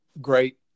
great